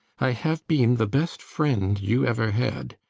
i have been the best friend you ever had.